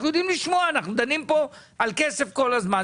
אנחנו דנים פה על כסף כל הזמן.